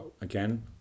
again